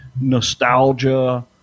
nostalgia